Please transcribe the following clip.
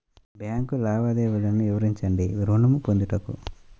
Bank లావాదేవీలు వివరించండి ఋణము పొందుటకు?